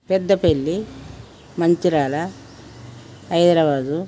Peddapalli Mancherial Hyderabad